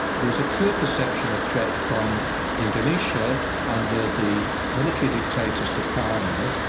there was a clear perception of threat from indonesia under the military dictator sukarno,